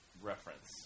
reference